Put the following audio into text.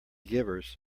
givers